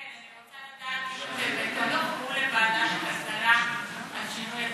כן, אני רוצה לדעת, לוועדת הכלכלה על שינוי התקן.